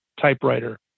typewriter